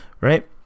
Right